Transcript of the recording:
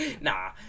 nah